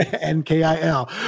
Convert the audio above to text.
N-K-I-L